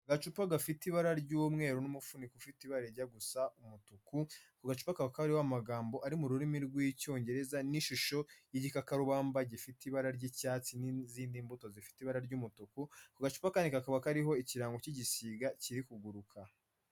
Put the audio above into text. Agacupa gafite ibara ry'umweru n'umufuniko ufite ibara rijya gusa umutuku, ako gacupa kaba kariho amagambo ari mu rurimi rw'Icyongereza n'ishusho y'igikakarubamba gifite ibara ry'icyatsi n'izindi mbuto zifite ibara ry'umutuku. Ako gacupa kandi kakaba kariho ikirango cy'igisiga kiri kuguruka.